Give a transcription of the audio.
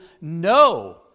no